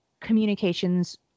communications